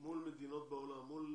אתם מטפלים מול מדינות בעולם, מול